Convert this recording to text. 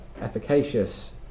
efficacious